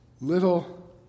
Little